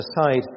aside